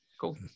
cool